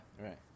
right